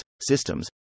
systems